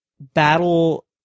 battle